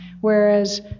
whereas